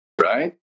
right